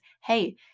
hey